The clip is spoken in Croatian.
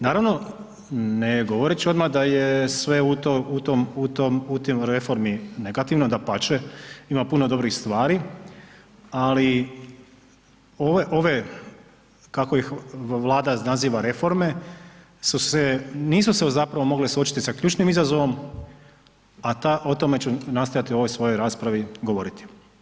Naravno, ne govoreći odma da je sve u tom, u tom, u tom, u tim reformi negativno, dapače ima puno dobrih stvari, ali ove, kako ih Vlada naziva reforme su se, nisu se zapravo mogle suočiti sa ključnim izazovom, a o tome ću nastojati u ovoj svojoj raspravi govoriti.